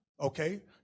okay